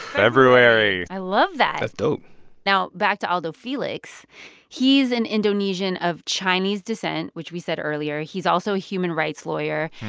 february. i love that that's dope now back to alldo fellix he's an indonesian of chinese descent, which we said earlier. he's also a human rights lawyer.